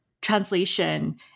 translation